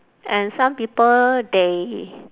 and some people they